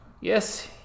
Yes